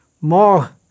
More